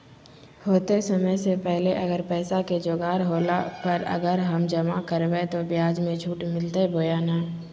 होतय समय से पहले अगर पैसा के जोगाड़ होला पर, अगर हम जमा करबय तो, ब्याज मे छुट मिलते बोया नय?